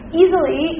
easily